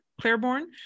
Claiborne